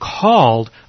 called